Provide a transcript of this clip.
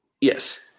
Yes